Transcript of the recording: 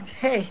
hey